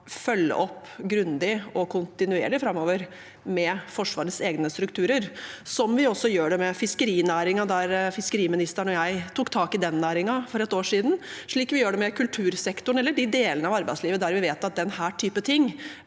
følge opp grundig og kontinuerlig framover med Forsvarets egne strukturer, slik vi også gjør det med fiskerinæringen – der tok fiskeriministeren og jeg tak i den næringen for ett år siden – og slik vi gjør det med kultursektoren eller de delene av arbeidslivet der vi vet at denne typen ting